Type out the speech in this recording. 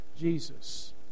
Jesus